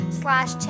slash